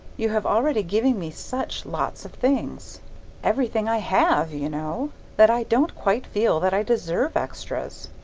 you have already given me such lots of things everything i have, you know that i don't quite feel that i deserve extras.